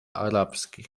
arabski